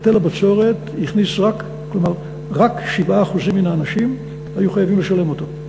רק 7% מהאנשים היו חייבים לשלם אותו,